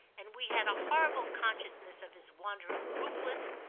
and we had a horrible consciousness of his wandering roofless,